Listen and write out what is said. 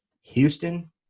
Houston